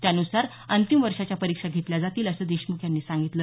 त्यानुसार त्या अंतिम वर्षाच्या परीक्षा घेतल्या जातील असं देशमुख यांनी सांगितलं